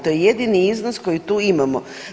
To je jedini iznos koji tu imamo.